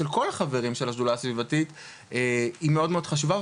של כל החברים של השדולה הסביבתית היא מאוד מאוד חשובה,